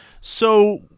So-